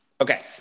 Okay